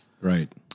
Right